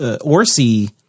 Orsi